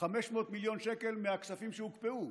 500 מיליון שקל מהכספים שהוקפאו.